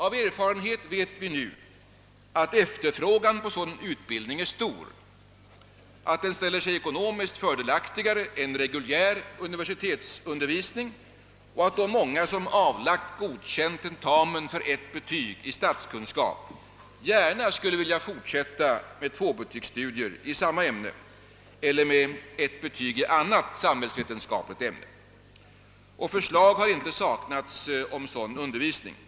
Av erfarenhet vet vi nu, att efterfrågan på sådan utbildning är stor, att den ställer sig ekonomiskt fördelaktigare än reguljär universitetsundervisning och att de många som avlagt godkänd tentamen för ett betyg i stats kunskap gärna skulle vilja fortsätta med tvåbetygsstudier i samma ämne eller med studier för ett betyg i annat samhällsvetenskapligt ämne. Förslag har inte saknats om sådan undervisning.